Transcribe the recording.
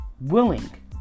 willing